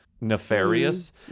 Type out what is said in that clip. nefarious